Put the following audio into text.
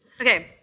Okay